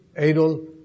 Adol